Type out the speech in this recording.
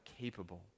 capable